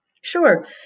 Sure